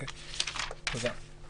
תודה.